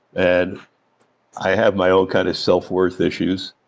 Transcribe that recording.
and i had my own kind of self-worth issues,